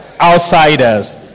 outsiders